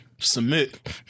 Submit